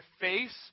face